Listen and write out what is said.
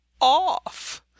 Off